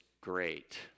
great